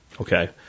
okay